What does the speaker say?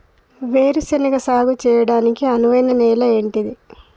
వేరు శనగ సాగు చేయడానికి అనువైన నేల ఏంటిది?